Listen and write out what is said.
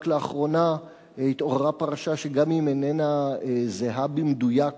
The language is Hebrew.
רק לאחרונה התעוררה פרשה, שגם אם איננה זהה במדויק